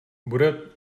bude